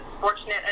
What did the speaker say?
fortunate